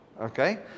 Okay